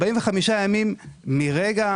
45 ימים מרגע